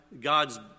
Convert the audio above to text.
God's